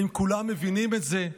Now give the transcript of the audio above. האם כולם מבינים את זה?